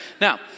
Now